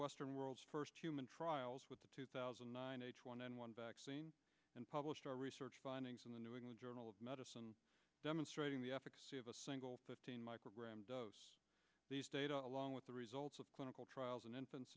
western world's first human trials with the two thousand and nine h one n one vaccine and published our research findings in the new england journal of medicine demonstrating the efficacy of a single fifteen micrograms these data along with the results of clinical trials in infants